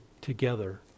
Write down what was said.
together